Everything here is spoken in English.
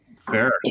fair